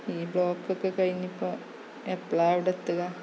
ഈ ബ്ലോക്കൊക്കെ കഴിഞ്ഞിപ്പോള് എപ്പഴാണ് അവിടെ എത്തുക